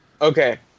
Okay